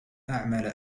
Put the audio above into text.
أعمل